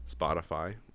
spotify